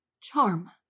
Charm